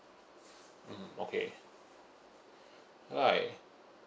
mmhmm okay right